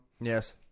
Yes